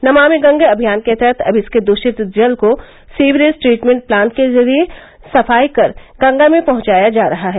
नमामि गंगे अभियान के तहत अब इसके दूषित जल को सीवरेज ट्रीटमेंट प्लांट के जरिये साफ कर गंगा में पहुंचाया जा रहा है